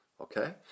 okay